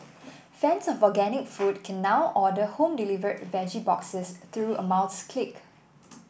fans of organic food can now order home delivered veggie boxes through a mouse click